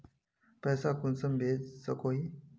पैसा कुंसम भेज सकोही?